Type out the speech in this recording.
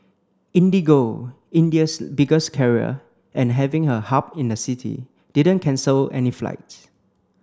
IndiGo India's biggest carrier and having a hub in the city didn't cancel any flights